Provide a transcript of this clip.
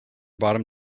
bottom